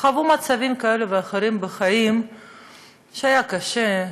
חווה מצבים כאלה ואחרים בחיים שהיה קשה,